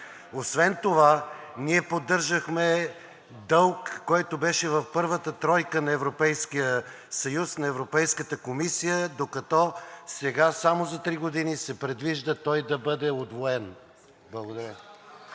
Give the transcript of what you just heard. Освен това ние поддържахме дълг, който беше в първата тройка на Европейския съюз, на Европейската комисия, докато сега само за три години се предвижда той да бъде удвоен. Благодаря.